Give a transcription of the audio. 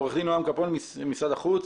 עורך דין נועם קפון, משרד החוץ.